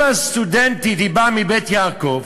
אם הסטודנטית באה מ"בית יעקב",